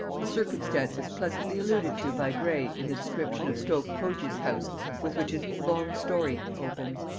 the circumstance is pleasantly alluded to by gray in the description of stoke-pogeis house with which his long story opens.